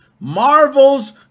Marvel's